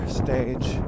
stage